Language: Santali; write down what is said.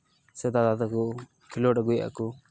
ᱥᱮ ᱫᱟᱫᱟ ᱛᱟᱠᱚ ᱠᱷᱮᱞᱳᱰ ᱟᱹᱜᱩᱭᱮᱫᱟ ᱠᱚ